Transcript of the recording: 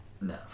No